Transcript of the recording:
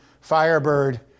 Firebird